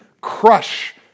crush